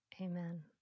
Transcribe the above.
Amen